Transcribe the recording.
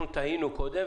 אנחנו תהינו קודם,